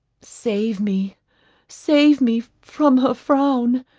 save me save me from her frown.